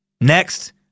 next